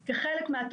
עם משרד הבריאות,